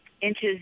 inches